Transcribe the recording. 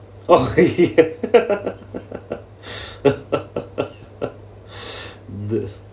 oh this